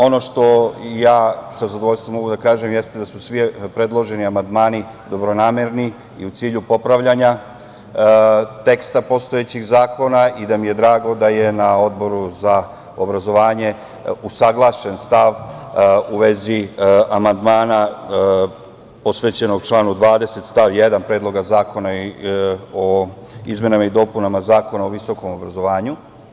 Ono što ja, sa zadovoljstvom mogu da kažem jeste da su svi predloženi amandmani dobronamerni i u cilju popravljanja teksta postojećih zakona i da mi je drago da je na Odboru za obrazovanju usaglašen stav u vezi amandmana posvećenom članu 20. stav 1. Predloga zakona o izmenama i dopunama Zakona o visokom obrazovanju.